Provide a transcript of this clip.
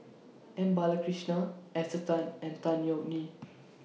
M Balakrishnan Esther Tan and Tan Yeok Nee